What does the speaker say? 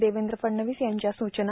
देवेंद्र फडणवीस यांच्या सुचना